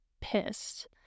pissed